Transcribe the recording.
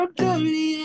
dirty